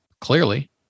clearly